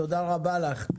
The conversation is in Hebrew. תודה רבה לך.